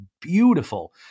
beautiful